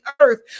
earth